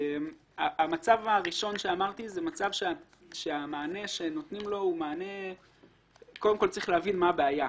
במצב הראשון שאמרתי קודם כל צריך להבין מה הבעיה,